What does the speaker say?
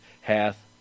hath